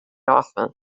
office